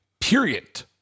period